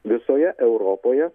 visoje europoje